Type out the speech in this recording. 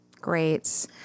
Great